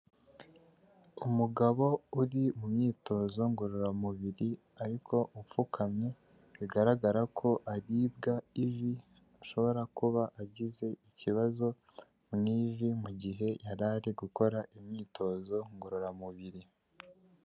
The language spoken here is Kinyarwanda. Umugabo uri mu myitozo ngororamubiri ariko upfukamye bigaragara ko aribwa ivi ashobora kuba agize ikibazo mu ivi mu gihe yarari gukora imyitozo ngororamubiri.